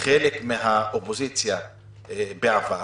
חלק מהאופוזיציה בעבר,